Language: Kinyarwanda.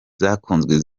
zakunzwe